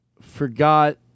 forgot